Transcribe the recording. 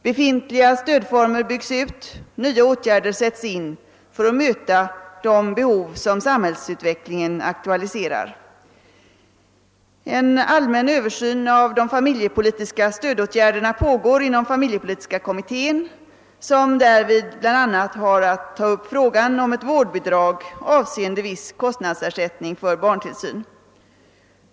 Befintliga stödformer byggs ut, och nya åtgärder sätts in för att möta de behov som samhällsutvecklingen aktualiserar. En allmän översyn av de familjepolitiska stödåtgärderna pågår inom familjepolitiska kommittén, som därvid bl.a. har att ta upp frågan om ett vårdbidrag avseende viss kostnadsersättning för barntillsyn.